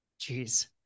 Jeez